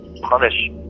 punish